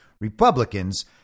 Republicans